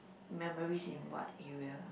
memories in what area